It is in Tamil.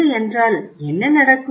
இல்லையென்றால் என்ன நடக்கும்